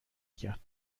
کرد